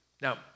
Now